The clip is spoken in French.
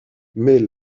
mais